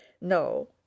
No